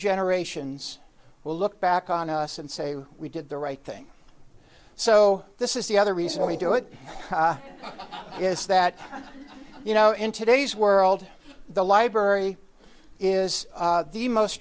generations will look back on us and say we did the right thing so this is the other reason we do it is that you know in today's world the library is the most